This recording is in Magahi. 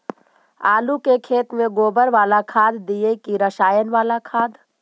आलू के खेत में गोबर बाला खाद दियै की रसायन बाला खाद?